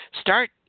Start